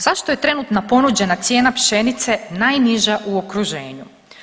Zašto je trenutna ponuđena cijena pšenica najniža u okruženju?